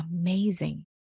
amazing